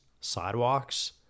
sidewalks